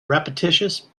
repetitious